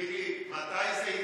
תוסיפי לי את הזמן הזה, בבקשה.